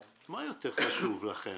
מה יותר חשוב לכם